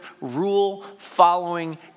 rule-following